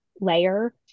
layer